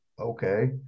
okay